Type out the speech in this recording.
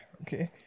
Okay